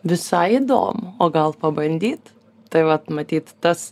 visai įdomu o gal pabandyt tai vat matyt tas